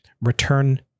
Return